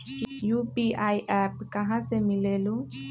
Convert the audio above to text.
UPI app कहा से मिलेलु?